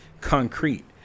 concrete